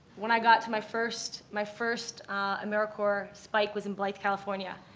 when i got to my first, my first americorps spike was in blythe, california.